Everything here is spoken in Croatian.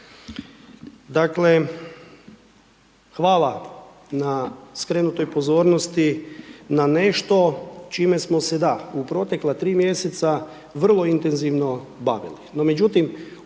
Dakle, hvala na skrenutoj pozornosti, na nešto čime smo se da, u protekla 3 mj. vrlo intenzivno bavili,